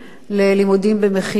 ללימודים במכינה.